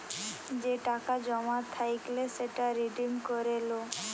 যে টাকা জমা থাইকলে সেটাকে রিডিম করে লো